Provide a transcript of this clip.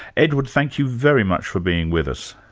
edward, thank you very much for being with us.